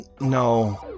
No